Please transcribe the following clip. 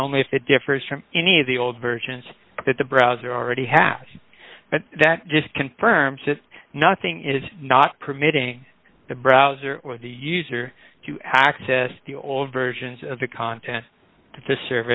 only if it differs from any of the old versions that the browser already have that just confirms that nothing is not permitting the browser or the user to access the old versions of the content the serve